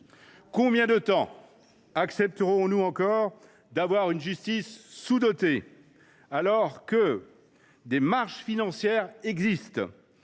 Combien de temps accepterons nous encore d’avoir une justice sous dotée, alors que des marges financières importantes